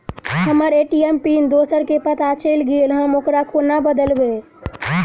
हम्मर ATM pin दोसर केँ पत्ता चलि गेलै, हम ओकरा कोना बदलबै?